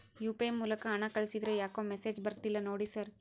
UPI ಮೂಲಕ ಹಣ ಕಳಿಸಿದ್ರ ಯಾಕೋ ಮೆಸೇಜ್ ಬರ್ತಿಲ್ಲ ನೋಡಿ ಸರ್?